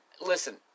Listen